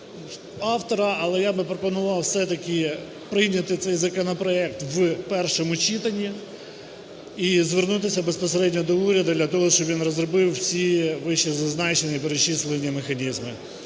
Але б я пропонував все-таки прийняти цей законопроект в першому читанні і звернутися безпосередньо до уряду для того, щоб він розробив всі вищезазначені, перечисленні механізми.